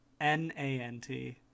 N-A-N-T